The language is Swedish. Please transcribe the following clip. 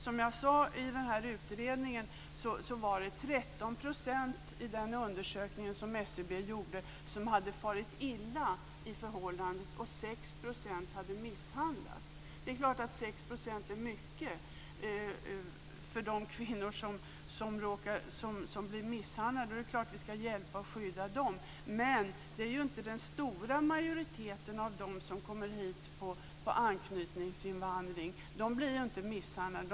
Som jag sade i den här utredningen var det 13 % i den undersökning som SCB gjorde som hade farit illa i förhållandet, och 6 % hade misshandlats. Det är klart att 6 % är mycket och att det är allvarligt för de kvinnor som blir misshandlade. Det är klart att vi ska skydda och hjälpa dem. Men det är inte den stora majoriteten av dem som kommer hit på anknytningsinvandring. De blir inte misshandlade.